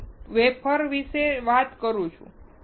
હું વેફર વિશે વાત કરું છું